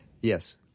Yes